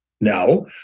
No